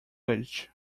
language